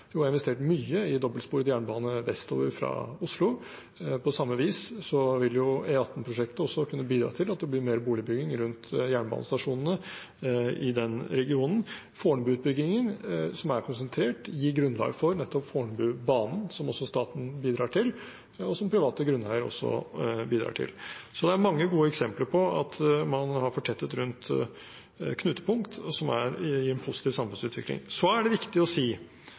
investert mye i dobbeltsporet jernbane vestover fra Oslo. På samme vis vil E18-prosjektet kunne bidra til at det blir mer boligbygging rundt jernbanestasjonene i den regionen. Fornebu-utbyggingen, som er konsentrert, gir grunnlag for nettopp Fornebubanen, som staten og også private grunneiere bidrar til. Det er mange gode eksempler på at man har fortettet rundt knutepunkt som er i en positiv samfunnsutvikling. Det er viktig å si